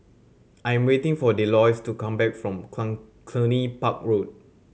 I am waiting for Delois to come back from Cluny Park Road